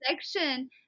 section